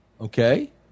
okay